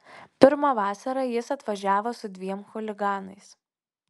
pirmą vasarą jis atvažiavo su dviem chuliganais